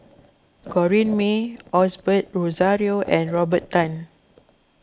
Corrinne May Osbert Rozario and Robert Tan